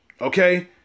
okay